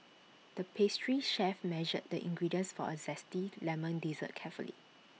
the pastry chef measured the ingredients for A Zesty Lemon Dessert carefully